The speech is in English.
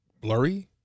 Blurry